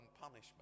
punishment